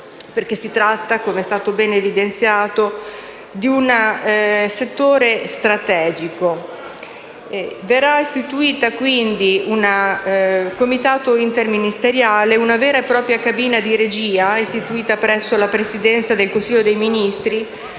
perché si tratta, com'è stato ben evidenziato, di un settore strategico. Verrà istituito quindi un Comitato interministeriale, una vera e propria cabina di regia, istituita presso la Presidenza del Consiglio dei ministri,